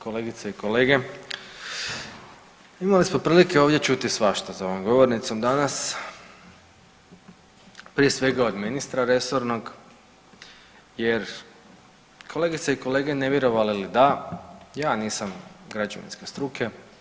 Kolegice i kolege, imali smo prilike ovdje čuti svašta za ovom govornicom danas prije svega od ministra resornog, jer kolegice i kolege ne vjerovali ali da, ja nisam građevinske struke.